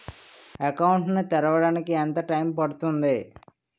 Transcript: Account ను తెరవడానికి ఎంత టైమ్ పడుతుంది?